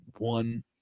One